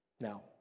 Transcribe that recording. now